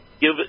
give